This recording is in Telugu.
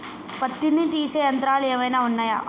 పత్తిని తీసే యంత్రాలు ఏమైనా ఉన్నయా?